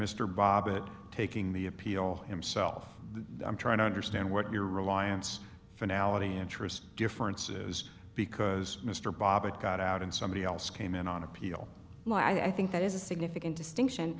mr bobbitt taking the appeal himself i'm trying to understand what your reliance finality answerers difference is because mr bobbitt got out and somebody else came in on appeal why i think that is a significant distinction